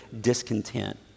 discontent